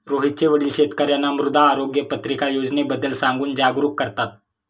रोहितचे वडील शेतकर्यांना मृदा आरोग्य पत्रिका योजनेबद्दल सांगून जागरूक करतात